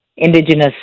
indigenous